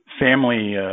family